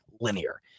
linear